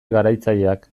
garatzaileak